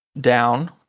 down